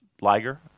Liger